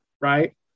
right